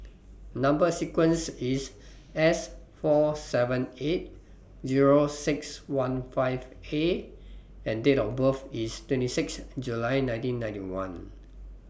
Number sequence IS S four seven eight Zero six one five A and Date of birth IS twenty six July nineteen ninety one